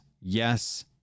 yes